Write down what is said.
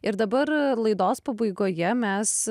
ir dabar laidos pabaigoje mes